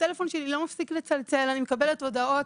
הטלפון שלי לא מפסיק לצלצל, אני מקבלת הודעות.